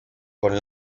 con